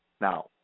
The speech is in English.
Now